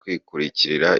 kwikururira